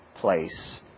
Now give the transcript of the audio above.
place